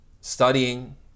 studying